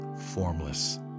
formless